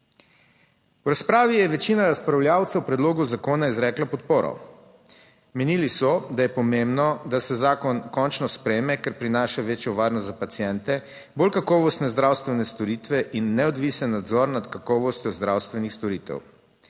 V razpravi je večina razpravljavcev o predlogu zakona izrekla podporo. Menili so, da je pomembno, da se zakon končno sprejme, ker prinaša večjo varnost za paciente, bolj kakovostne zdravstvene storitve in neodvisen nadzor nad kakovostjo zdravstvenih storitev.